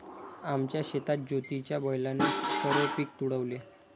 आमच्या शेतात ज्योतीच्या बैलाने सर्व पीक तुडवले